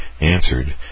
answered